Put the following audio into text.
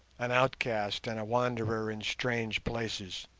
an outcast and a wanderer in strange places